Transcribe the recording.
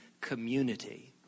community